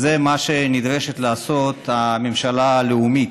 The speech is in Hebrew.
זה מה שנדרשת לעשות הממשלה הלאומית.